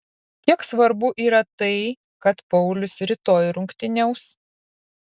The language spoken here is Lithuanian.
kiek svarbu yra tai kad paulius rytoj rungtyniaus